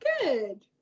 good